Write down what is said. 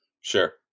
Sure